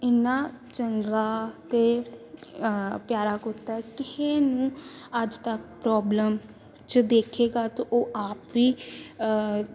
ਇੰਨਾਂ ਚੰਗਾ ਅਤੇ ਪਿਆਰਾ ਕੁੱਤਾ ਕਿਸੇ ਨੂੰ ਅੱਜ ਤੱਕ ਪ੍ਰੋਬਲਮ 'ਚ ਦੇਖੇਗਾ ਤਾਂ ਉਹ ਆਪ ਵੀ